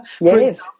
Yes